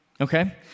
okay